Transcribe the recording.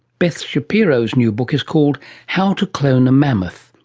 beth shapiro's new book is called how to clone a mammoth,